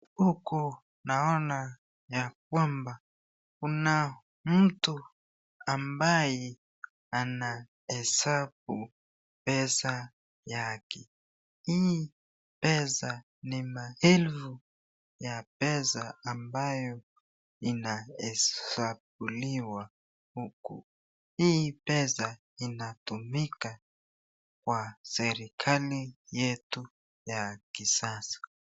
Huku naona ya kwamba kuna mtu ambaye anahesabu pesa yake. Hii pesa ni maelefu ya pesa ambayo Inahesabuliwa huku hii pesa inatumika kwa serekali yetu wa kisasa.